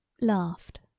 laughed